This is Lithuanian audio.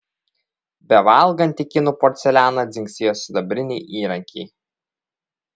bevalgant į kinų porcelianą dzingsėjo sidabriniai įrankiai